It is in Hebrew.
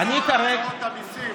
המיסים,